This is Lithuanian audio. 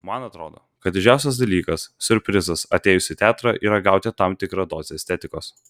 man atrodo kad didžiausias dalykas siurprizas atėjus į teatrą yra gauti tam tikrą dozę estetikos